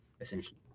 essentially